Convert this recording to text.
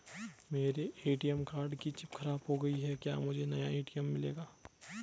मेरे ATM card की chip खराब हो गयी है क्या मुझे नया ए.टी.एम मिलेगा?